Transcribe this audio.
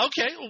Okay